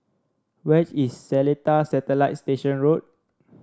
where is Seletar Satellite Station Road